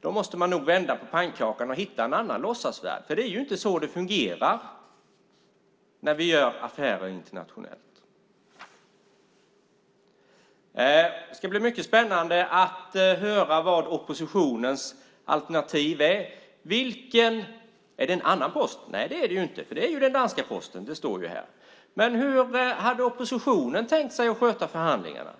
då måste man nog vända på pannkakan och hitta en låtsasvärld, för det är ju inte så det fungerar när vi gör affärer internationellt. Det ska bli mycket spännande att höra vad oppositionens alternativ är. Är det en annan post det gäller? Nej, det är det ju inte. Det är ju den danska Posten - det står det ju här. Men hur hade oppositionen tänkt sig att sköta förhandlingarna?